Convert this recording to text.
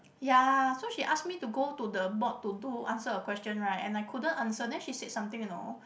ya so she ask me to go to the board to do answer a question right and I couldn't answer and then she said something you know